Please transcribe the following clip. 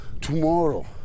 tomorrow